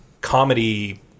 comedy